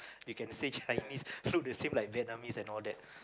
we can say Chinese look the same like Vietnamese and all that